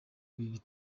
ibi